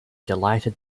delighted